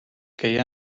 queia